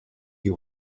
you